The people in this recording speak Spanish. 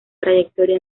trayectoria